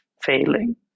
failing